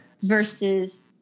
versus